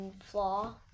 flaw